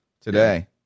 today